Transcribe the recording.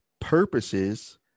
purposes